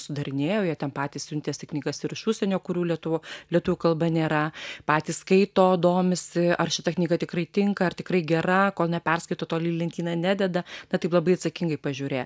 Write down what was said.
sudarinėjo jie ten patys siuntėsi knygas ir iš užsienio kurių lietuvių lietuvių kalba nėra patys skaito domisi ar šita knyga tikrai tinka ar tikrai gera kol neperskaito tol į lentyną nededa na taip labai atsakingai pažiūrėjo